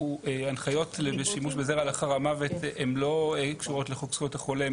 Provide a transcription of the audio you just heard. הנחיות לשימוש בזרע לאחר המוות הם לא קשורות לחוק זכויות החולה.